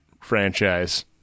franchise